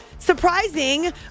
Surprising